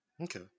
Okay